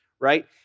right